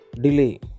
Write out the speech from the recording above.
delay